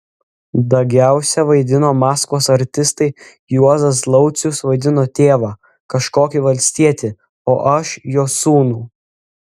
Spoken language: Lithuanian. dagiausia vaidino maskvos artistai juozas laucius vaidino tėvą kažkokį valstietį o aš jo sūnų